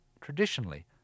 Traditionally